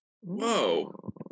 Whoa